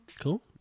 Cool